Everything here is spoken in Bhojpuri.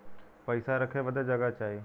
पइसा रखे बदे जगह चाही